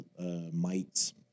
mites